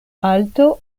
alto